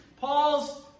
Paul's